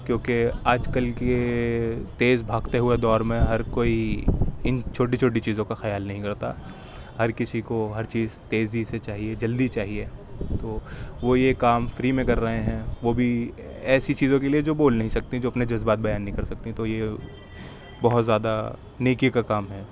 کیونکہ آج کل کے تیز بھاگتے ہوئے دور میں ہر کوئی ان چھوٹی چھوٹی چیزوں کا خیال نہیں کرتا ہر کسی کو ہر چیز تیزی سے چاہیے جلدی چاہیے تو وہ یہ کام فری میں کر رہے ہیں وہ بھی ایسی چیزوں کے لیے جو بول نہیں سکتیں جو اپنے جذبات بیان نہیں کر سکتیں تو یہ بہت زیادہ نیکی کا کام ہے